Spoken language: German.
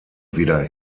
wieder